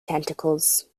tentacles